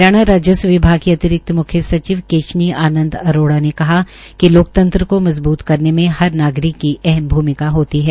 हरियाणा राजस्व विभाग की अतिरिक्त मुख्य सचिव केशनी आनंद अरोड़ा ने कहा कि लोकतंत्र को मजबुत करने में हर नागरिक की अहम भूमिका होती है